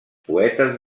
poetes